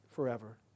Forever